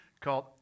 called